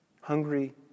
Hungry